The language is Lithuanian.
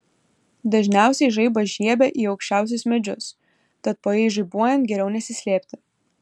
dažniausiai žaibas žiebia į aukščiausius medžius tad po jais žaibuojant geriau nesislėpti